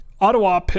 Ottawa